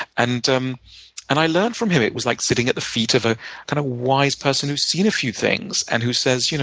and and i learned from him. it was like sitting at the feet of a kind of wise person who's seen a few things, and who says, you know